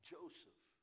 Joseph